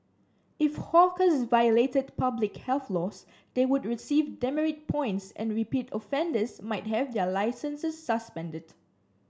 if hawkers violated public health laws they would receive demerit points and repeat offenders might have their licences suspended